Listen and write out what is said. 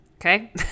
okay